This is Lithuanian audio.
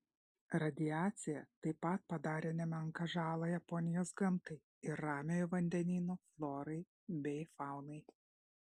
radiacija taip pat padarė nemenką žalą japonijos gamtai ir ramiojo vandenyno florai bei faunai